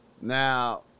Now